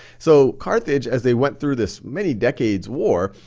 so carthage, as they went through this many decades war,